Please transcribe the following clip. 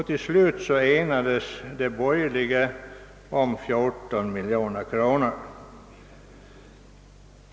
Till slut enades de borgerliga ledamöterna inom utskottet om 14 miljoner kronor.